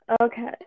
Okay